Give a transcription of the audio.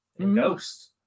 Ghosts